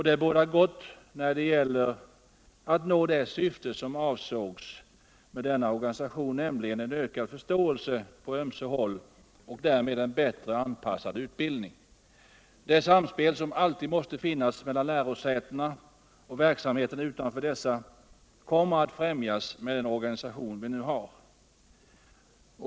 Det bådar gott när det gäller att nå det syfte som avsågs med denna organisation, nämligen en ökad förståelse på ömse håll och därmed en bättre anpassad utbildning. Det samspel som alltid måste finnas mellan lärosätena och verksamheten utanför dessa kommer att främjas med den organisation vi nu har.